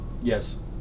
Yes